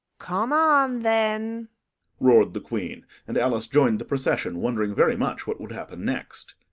come on, then roared the queen, and alice joined the procession, wondering very much what would happen next.